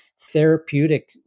therapeutic